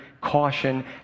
caution